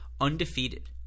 Undefeated